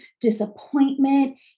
disappointment